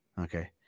Okay